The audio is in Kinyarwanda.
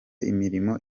imirimo